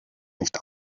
nicht